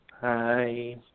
Hi